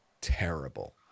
terrible